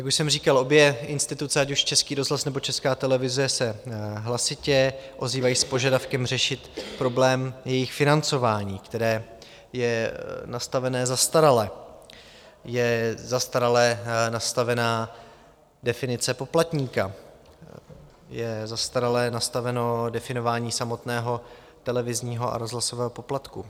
Jak už jsem říkal, obě instituce, ať už Český rozhlas, nebo Česká televize, se hlasitě ozývají s požadavkem řešit problém jejich financování, které je nastavené zastarale, je zastarale nastavená definice poplatníka, je zastarale nastaveno definování samotného televizního a rozhlasového poplatku.